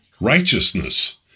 righteousness